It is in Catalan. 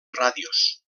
ràdios